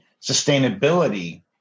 sustainability